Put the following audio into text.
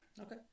Okay